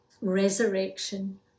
resurrection